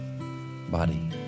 body